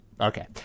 Okay